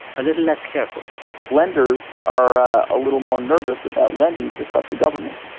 a little less careful lenders are ah a little more nervous about lending to such a government.